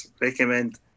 recommend